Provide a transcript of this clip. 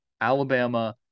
Alabama